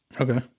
Okay